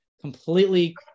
completely